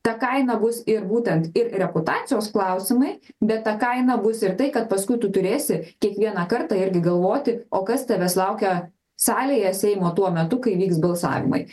ta kaina bus ir būtent ir reputacijos klausimai bet ta kaina bus ir tai kad paskui tu turėsi kiekvieną kartą irgi galvoti o kas tavęs laukia salėje seimo tuo metu kai vyks balsavimai